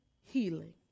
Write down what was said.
healing